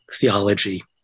theology